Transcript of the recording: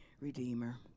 redeemer